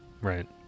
right